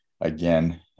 Again